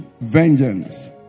vengeance